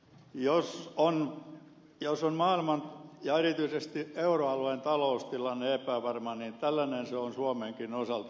jos on maailman ja erityisesti euroalueen taloustilanne epävarma niin tällainen se on suomenkin osalta